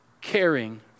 caring